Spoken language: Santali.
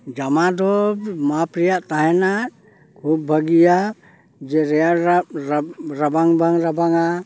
ᱡᱟᱢᱟ ᱫᱚ ᱢᱟᱯ ᱨᱮᱭᱟᱜ ᱛᱟᱦᱮᱱᱟ ᱠᱷᱩᱵ ᱵᱷᱟᱜᱤᱭᱟ ᱡᱮ ᱨᱮᱭᱟᱲ ᱨᱮ ᱨᱟᱵᱟᱝ ᱵᱟᱝ ᱨᱟᱵᱟᱝᱟ